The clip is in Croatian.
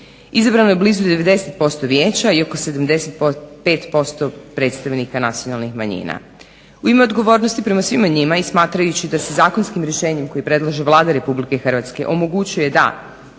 Izabrano je blizu 90% vijeća i oko 75% predstavnika nacionalnih manjina. U ime odgovornosti prema svima njima i smatrajući da se zakonskim rješenjem koji predlaže Vlada RH omogućuje da